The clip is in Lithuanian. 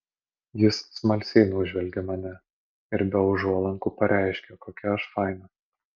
jis smalsiai nužvelgė mane ir be užuolankų pareiškė kokia aš faina